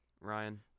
Ryan